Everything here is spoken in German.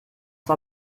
war